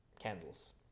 candles